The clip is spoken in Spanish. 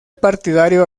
partidario